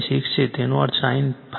6 છે તેનો અર્થ sin1 0